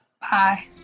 Bye